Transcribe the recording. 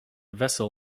vessel